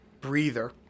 breather